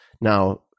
Now